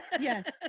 yes